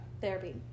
therapy